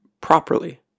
properly